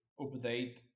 update